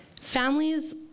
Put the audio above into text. Families